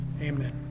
Amen